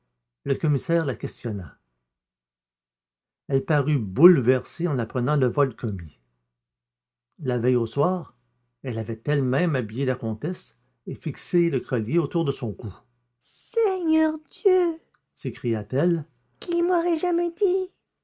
le commissaire la questionna elle parut bouleversée en apprenant le vol commis la veille au soir elle avait elle-même habillé la comtesse et fixé le collier autour de son cou seigneur dieu s'écria-t-elle qui m'aurait jamais dit